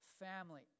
family